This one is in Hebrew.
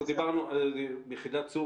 יחידת צור